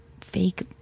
fake